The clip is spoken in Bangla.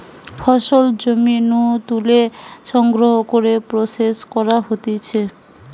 ফসল জমি নু তুলে সংগ্রহ করে প্রসেস করা হতিছে